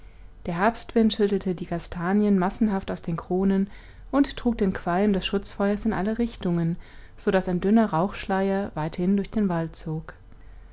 der herbstwind schüttelte die kastanien massenhaft aus den kronen und trug den qualm des schutzfeuers in alle richtungen so daß ein dünner rauchschleier weithin durch den wald zog